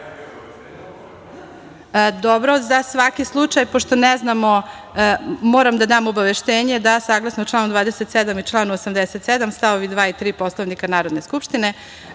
za svaki slučaj, pošto ne znamo, moram da dam obaveštenje, da saglasno članu 27. i članu 87. stavovi 2. i 3. Poslovnika Narodne skupštine,